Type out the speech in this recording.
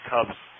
Cubs